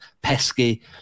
pesky